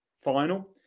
final